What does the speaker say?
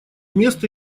место